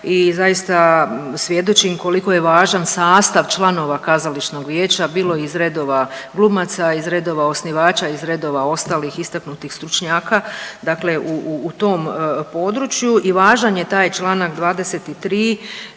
i zaista svjedočim koliko je važan sastav članova kazališnog vijeća bilo iz redova glumaca, iz redova osnivača, iz redova ostalih istaknutih stručnjaka dakle u, u tom području i važan je taj čl. 23.